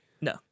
no